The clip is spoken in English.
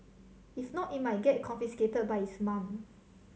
if not it might get confiscated by his mum